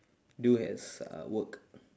do as uh work